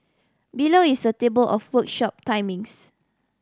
below is a table of workshop timings